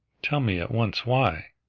tell me at once why?